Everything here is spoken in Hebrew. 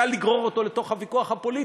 קל לגרור אותו לתוך הוויכוח הפוליטי,